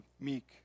meek